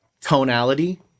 tonality